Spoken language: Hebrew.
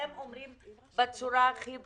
הם אומרים בצורה הכי ברורה: